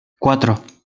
cuatro